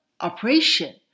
operation